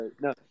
no